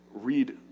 read